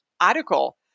article